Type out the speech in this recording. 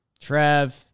Trev